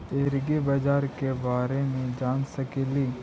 ऐग्रिबाजार के बारे मे जान सकेली?